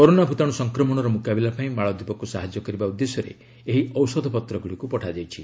corona ଭୂତାଣୁ ସଂକ୍ରମଣର ମୁକାବିଲା ପାଇଁ ମାଳଦୀପକୁ ସାହାଯ୍ୟ କରିବା ଉଦ୍ଦେଶ୍ୟରେ ଏହି ଔଷଧପତ୍ରଗୁଡ଼ିକୁ ପଠାଯାଇଛି